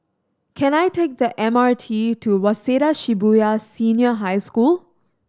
can I take the M R T to Waseda Shibuya Senior High School